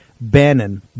Bannon